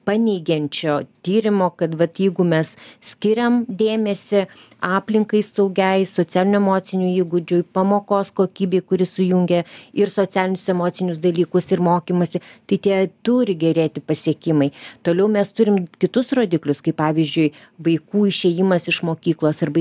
paneigiančio tyrimo kad vat jeigu mes skiriam dėmesį aplinkai saugiai socialinių emocinių įgūdžiui pamokos kokybei kuri sujungia ir socialinius emocinius dalykus ir mokymąsi tai tie turi gerėti pasiekimai toliau mes turim kitus rodiklius kaip pavyzdžiui vaikų išėjimas iš mokyklos arba